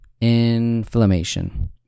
inflammation